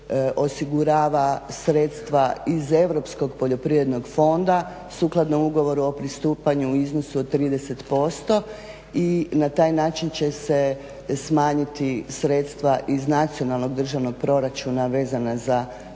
2015.osigurava sredstva iz Europskog poljoprivrednog fonda sukladno ugovoru o pristupanju i iznosu od 30% i na taj način će se smanjiti sredstva iz nacionalnog državnog proračuna vezano za poticaje.